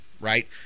Right